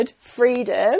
freedom